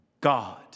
God